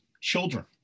children